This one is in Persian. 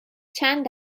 چند